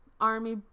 army